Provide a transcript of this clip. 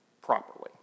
properly